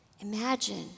Imagine